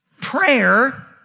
Prayer